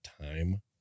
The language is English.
time